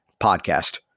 podcast